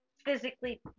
physically